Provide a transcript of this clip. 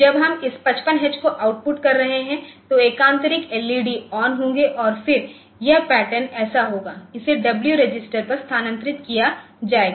जब हम इस 55H को आउटपुट कर रहे हैं तो एकान्तरिक एल ई डीऑन होंगे और फिर यह पैटर्न ऐसा होगा इसे डब्ल्यू रजिस्टर पर स्थानांतरित किया जाएगा